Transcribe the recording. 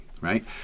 right